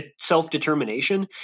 Self-determination